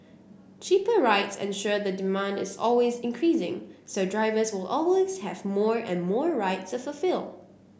cheaper rides ensure the demand is always increasing so drivers will always have more and more rides to fulfil